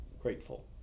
grateful